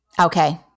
Okay